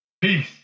Peace